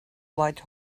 white